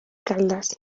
caldes